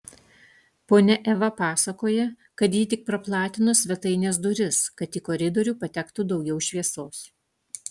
ponia eva pasakoja kad ji tik praplatino svetainės duris kad į koridorių patektų daugiau šviesos